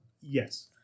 Yes